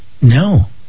No